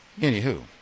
anywho